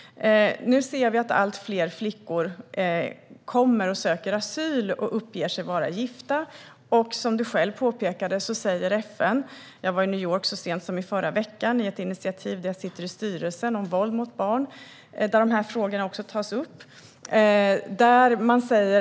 Nu ser vi att allt fler flickor kommer och söker asyl och uppger sig vara gifta. Jag var i New York så sent som förra veckan i samband med ett FN-initiativ jag sitter i styrelsen för och som handlar om våld mot barn. Där tas de här frågorna upp.